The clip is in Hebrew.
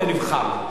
היה נבחר.